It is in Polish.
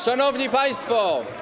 Szanowni Państwo!